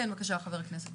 כן, בבקשה חבר הכנסת.